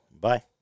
Bye